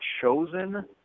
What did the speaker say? chosen